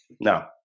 No